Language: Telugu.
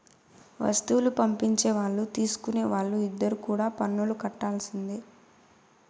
వస్తువులు పంపించే వాళ్ళు తీసుకునే వాళ్ళు ఇద్దరు కూడా పన్నులు కట్టాల్సిందే